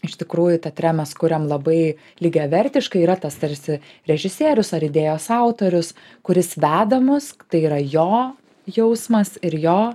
iš tikrųjų teatre mes kuriam labai lygiavertiškai yra tas tarsi režisierius ar idėjos autorius kuris vedama mus tai yra jo jausmas ir jo